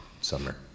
summer